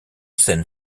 scène